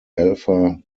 alpha